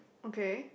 okay